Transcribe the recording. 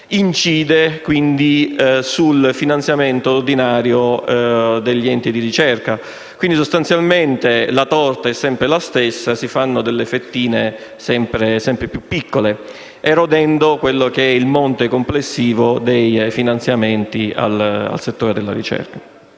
incide sul finanziamento ordinario degli enti di ricerca. Sostanzialmente la torta è sempre la stessa e si fanno delle fettine sempre più piccole, erodendo il monte complessivo dei finanziamenti al settore della ricerca.